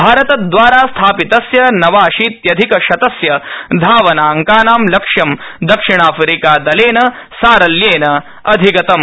भारतदवारा स्थापितस्य नवाशीत्यधिक शतस्य धावनांकानां लक्ष्यं दक्षिण अफ्रीका दलेन सारल्येन अधिगतम्